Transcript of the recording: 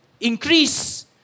increase